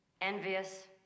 Envious